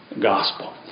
gospel